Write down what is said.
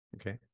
Okay